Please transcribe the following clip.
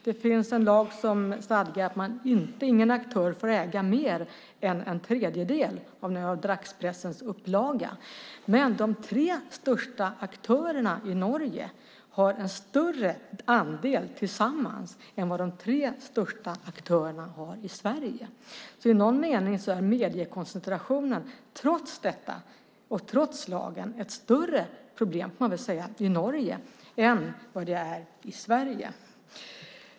Det finns en lag som stadgar att ingen aktör får äga mer än en tredjedel av dagspressens upplaga, men de tre största aktörerna i Norge har en större andel tillsammans än vad de tre största aktörerna har i Sverige. I någon mening är mediekoncentrationen trots lagen ett större problem i Norge än vad den är i Sverige.